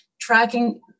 tracking